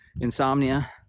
insomnia